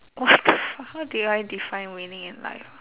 what the fuck how do I define winning in life